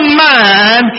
man